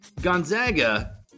Gonzaga